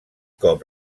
cop